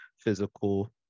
physical